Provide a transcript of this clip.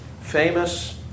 famous